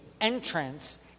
entrance